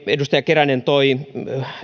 edustaja keränen toi